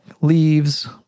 leaves